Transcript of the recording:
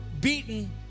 beaten